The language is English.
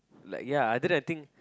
ya like other that thing